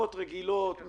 שבתקופות רגילות הם